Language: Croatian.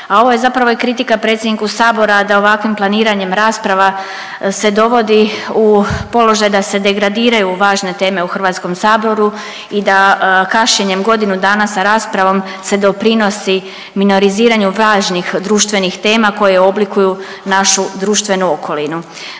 A ovo je zapravo i kritika predsjedniku Sabora da ovakvim planiranjem rasprava se dovodi u položaj da se degradiraju važne teme u HS-u i da kašnjenjem godinu dana s raspravom se doprinosi minoriziranju važnih društvenih tema koje oblikuju našu društvenu okolinu.